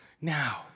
Now